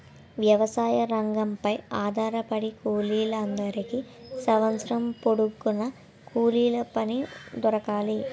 వ్యవసాయ రంగంపై ఆధారపడిన కూలీల అందరికీ సంవత్సరం పొడుగున కూలిపని దొరకాలి